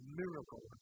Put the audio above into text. miracle